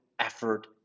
effort